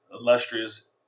illustrious